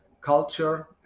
culture